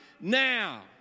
now